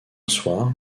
soir